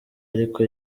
ariko